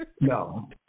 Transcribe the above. No